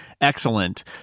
excellent